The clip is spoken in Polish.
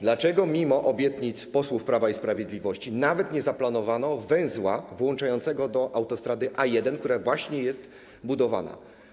Dlaczego mimo obietnic posłów Prawa i Sprawiedliwości nawet nie zaplanowano węzła włączającego do autostrady A1, która właśnie jest budowana?